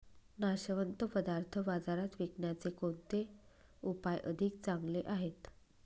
नाशवंत पदार्थ बाजारात विकण्याचे कोणते उपाय अधिक चांगले आहेत?